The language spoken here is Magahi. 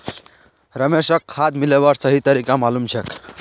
रमेशक खाद मिलव्वार सही तरीका मालूम छेक